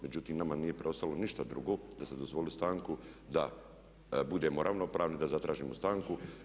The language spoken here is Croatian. Međutim nama nije preostalo ništa drugo da ste dozvolili stanku da budemo ravnopravni, da zatražimo stanku.